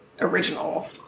original